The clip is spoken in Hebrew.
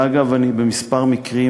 אגב, בכמה מקרים,